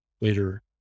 later